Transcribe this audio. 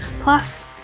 Plus